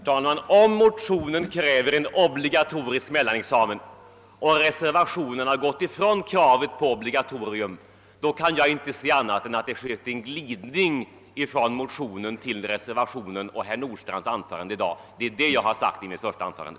Herr talman! Om motionen kräver en obligatorisk mellanexamen och reservationen har gått ifrån kravet på obligatorium, kan jag inte se annat än att det har skett en glidning från motionen till reservationen och herr Nordstrandhs anförande i dag. Det var det jag sade i mitt första anförande.